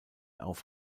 auf